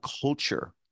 culture